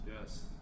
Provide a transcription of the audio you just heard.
Yes